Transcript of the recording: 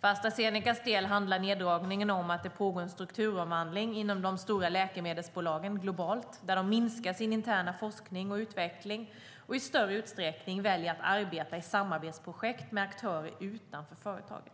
För Astra Zenecas del handlar neddragningen om att det pågår en strukturomvandling inom de stora läkemedelsbolagen globalt där de minskar sin interna forskning och utveckling och i större utsträckning väljer att arbeta i samarbetsprojekt med aktörer utanför företaget.